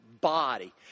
body